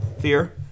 Fear